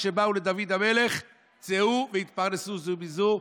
כשבאו לדוד המלך: צאו והתפרנסו זה מזה.